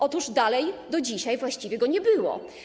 Otóż dalej, do dzisiaj właściwie go nie było.